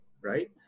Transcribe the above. right